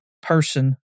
person